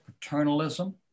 paternalism